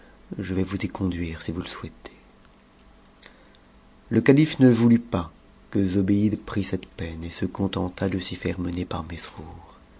je vais vous y conduire si vous le souhaitez le calife ne voulut pas que zobéide prit cette peine et se contenta de s'y faire mener par mesrour